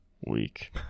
week